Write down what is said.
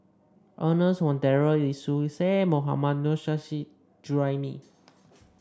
Ernest Monteiro Lee Seow Ser Mohammad Nurrasyid Juraimi